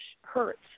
hurts